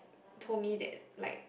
told me that like